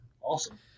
awesome